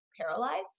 paralyzed